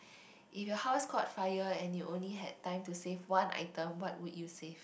if your house caught fire and you only had time to save one item what would you save